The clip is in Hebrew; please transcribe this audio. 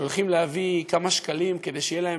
שהולכים להביא כמה שקלים כדי שיהיה להם